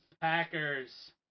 Packers